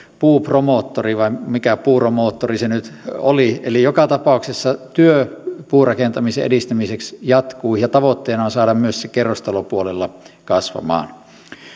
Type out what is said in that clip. puupromoottori vai mikä puuromoottori se nyt oli eli joka tapauksessa työ puurakentamisen edistämiseksi jatkuu ja tavoitteena on saada myös se kerrostalopuolella kasvamaan